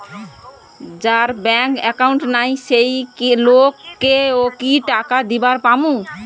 যার bank account নাই সেই লোক কে ও কি টাকা দিবার পামু?